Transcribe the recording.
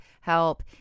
help